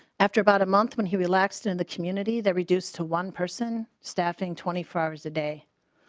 after about a month when he relaxed in the community that reduced to one person staffing twenty four hours a day.